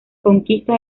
conquista